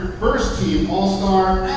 first team all-star,